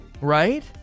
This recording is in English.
Right